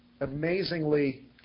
amazingly